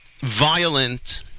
violent